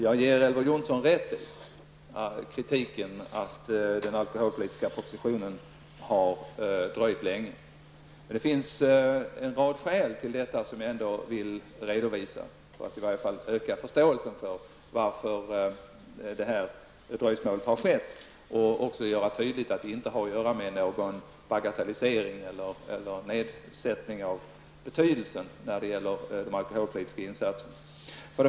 Jag ger Elver Jonsson rätt i hans kritik att den alkoholpolitiska propositionen har dröjt så länge. Men det finns en rad skäl till det som jag skall redovisa för att försöka öka förståelsen för dröjsmålet. Jag vill också framhålla att det inte har att göra med någon bagatellisering eller nedsättning av betydelsen av alkoholpolitiska insatser.